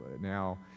now